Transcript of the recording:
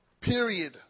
period